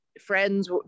friends